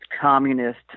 communist